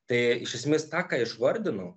tai iš esmės tą ką išvardinau